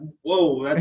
Whoa